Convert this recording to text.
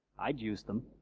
i'd use them,